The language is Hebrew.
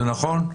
זה נכון?